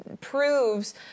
proves